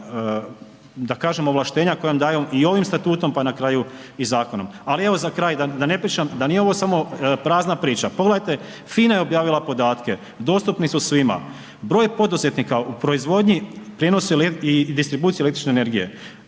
da kažem ovlaštenja koja vam daju i ovim Statutom, pa na kraju i zakonom. Ali evo za kraj da ne pričam, da nije ovo samo prazna priča, pogledajte FINA je objavila podatke, dostupni su svima, broj poduzetnika u proizvodnji, prijenosu i distribuciji električne energije,